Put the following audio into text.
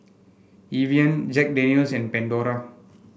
Evian Jack Daniel's and Pandora